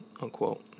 unquote